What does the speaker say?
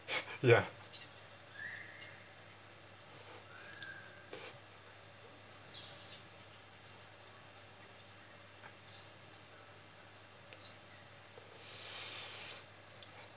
ya